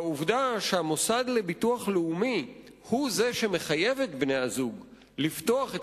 העובדה שהמוסד לביטוח לאומי הוא זה שמחייב את בני-הזוג לפתוח את